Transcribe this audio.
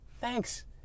thanks